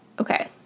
okay